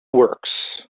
works